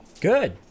Good